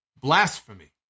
Blasphemy